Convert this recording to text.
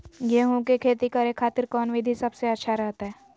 गेहूं के खेती करे खातिर कौन विधि सबसे अच्छा रहतय?